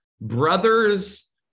Brothers